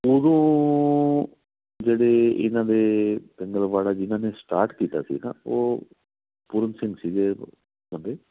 ਉਦੋਂ ਜਿਹੜੇ ਇਹਨਾਂ ਦੇ ਪਿੰਗਲਵਾੜਾ ਜਿਨ੍ਹਾਂ ਨੇ ਸਟਾਰਟ ਕੀਤਾ ਸੀ ਨਾ ਉਹ ਪੂਰਨ ਸਿੰਘ ਸੀਗੇ ਬੰਦੇ